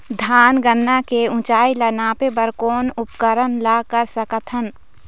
धान गन्ना के ऊंचाई ला नापे बर कोन उपकरण ला कर सकथन?